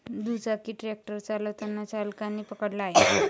दुचाकी ट्रॅक्टर चालताना चालकाने पकडला आहे